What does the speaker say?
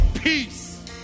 peace